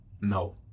No